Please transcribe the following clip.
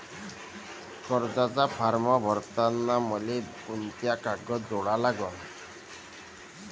कर्जाचा फारम भरताना मले कोंते कागद जोडा लागन?